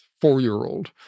four-year-old